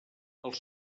els